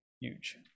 huge